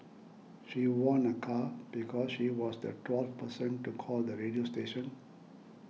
she won a car because she was the twelfth person to call the radio station